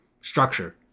structure